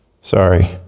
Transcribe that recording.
Sorry